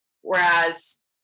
whereas